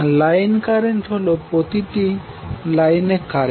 line current হোল প্রতিটি লাইনে কারেন্ট